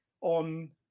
on